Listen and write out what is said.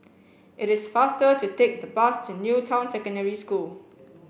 it is faster to take the bus to New Town Secondary School